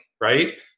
right